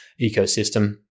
ecosystem